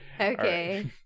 Okay